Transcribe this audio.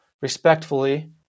respectfully